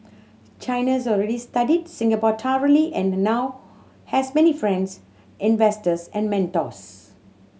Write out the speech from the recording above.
China has already studied Singapore thoroughly and now has many friends investors and mentors